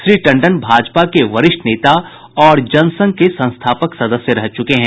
श्री टंडन भाजपा के वरिष्ठ नेता और जनसंघ के संस्थापक सदस्य रह चुके हैं